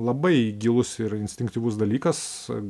labai gilus ir instinktyvus dalykas